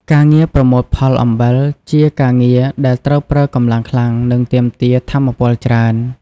ការងារប្រមូលផលអំបិលជាការងារដែលត្រូវប្រើកម្លាំងខ្លាំង និងទាមទារថាមពលច្រើន។